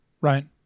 Right